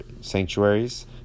sanctuaries